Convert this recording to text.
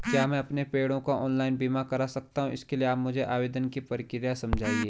क्या मैं अपने पेड़ों का ऑनलाइन बीमा करा सकता हूँ इसके लिए आप मुझे आवेदन की प्रक्रिया समझाइए?